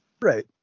Right